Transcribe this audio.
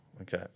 okay